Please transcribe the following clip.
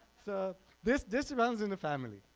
so this this runs in the family.